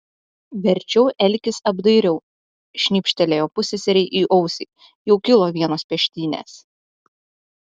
verčiau elkis apdairiau šnypštelėjo pusseserei į ausį jau kilo vienos peštynės